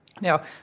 Now